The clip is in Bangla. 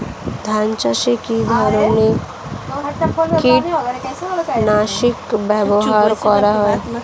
ধান চাষে কী ধরনের কীট নাশক ব্যাবহার করা হয়?